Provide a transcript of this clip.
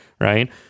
right